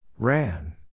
Ran